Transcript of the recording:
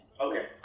Okay